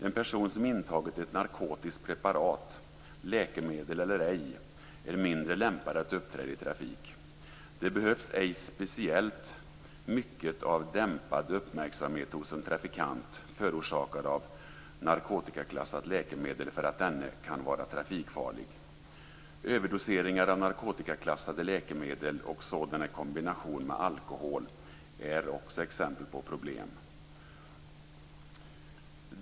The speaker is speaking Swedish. En person som intagit ett narkotiskt preparat, läkemedel eller ej, är mindre lämpad att uppträda i trafik. Det behövs ej speciellt mycket av dämpad uppmärksamhet hos en trafikant förorsakad av narkotikaklassat läkemedel för att denne kan vara trafikfarlig. Överdoseringar av narkotikaklassade läkemedel och sådana i kombination med alkohol är också exempel på problem.